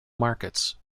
markets